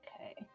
Okay